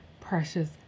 precious